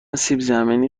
سیبزمینی